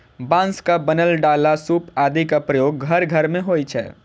बांसक बनल डाला, सूप आदिक प्रयोग घर घर मे होइ छै